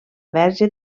verge